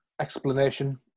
explanation